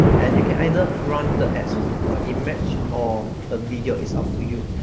and you can either run the ads with for image or a video is up to you